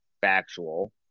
factual